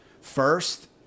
first